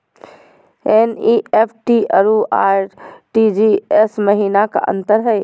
NEFT अरु RTGS महिना का अंतर हई?